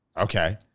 okay